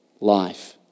life